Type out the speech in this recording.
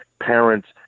parents